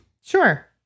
Sure